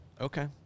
Okay